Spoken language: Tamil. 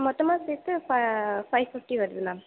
மொத்தமாக சேர்த்து ஃபை ஃபிஃப்டி வருது மேம்